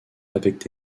avec